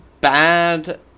bad